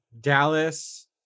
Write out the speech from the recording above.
Dallas